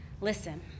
listen